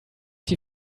die